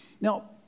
now